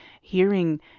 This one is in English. hearing